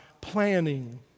planning